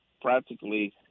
practically